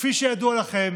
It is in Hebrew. כפי שידוע לכם,